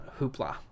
hoopla